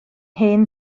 hen